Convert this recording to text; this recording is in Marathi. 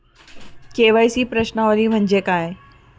के.वाय.सी प्रश्नावली म्हणजे काय?